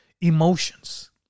emotions